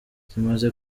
zimaze